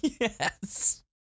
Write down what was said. Yes